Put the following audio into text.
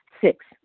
Six